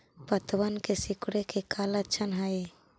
पत्तबन के सिकुड़े के का लक्षण हई?